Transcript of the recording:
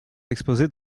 exposées